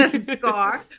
Scar